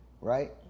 right